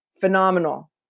phenomenal